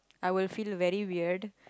I will feel very weird